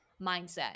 mindset